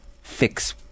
fix